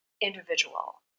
individual